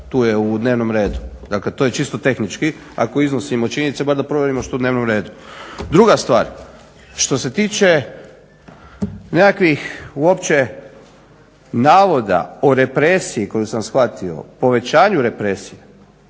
tu je u dnevnom redu. Dakle to je čisto tehnički, ako iznosimo činjenice bar da provjerimo što je u dnevnom redu. Druga stvar, što se tiče nekakvih uopće navoda o represiji koju sam shvatio, povećanju represije,